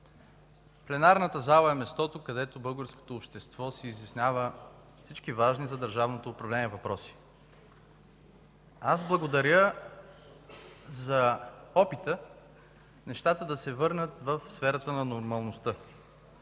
Пленарната зала е мястото, където българското общество си изяснява всички важни за държавното управление въпроси. Аз благодаря за опита нещата да се върнат в сферата на нормалността.